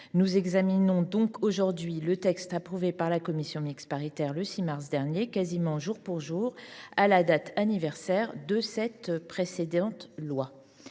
Nous examinons donc aujourd’hui le texte approuvé par la commission mixte paritaire le 6 mars dernier, quasiment jour pour jour à la date anniversaire de la promulgation